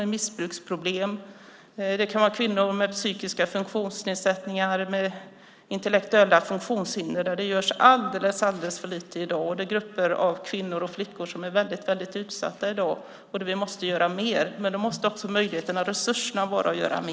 Det är kvinnor med missbruksproblem, psykiska funktionsnedsättningar och intellektuella funktionshinder. Där görs det alldeles för lite i dag. Dessa grupper av flickor och kvinnor är väldigt utsatta i dag. Vi måste göra mer för dem, men då måste också möjligheterna och resurserna vara större.